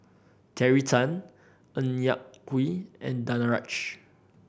Terry Tan Ng Yak Whee and Danaraj